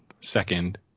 second